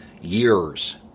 Years